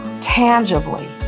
tangibly